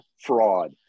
fraud